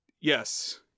Yes